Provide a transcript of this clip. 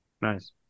nice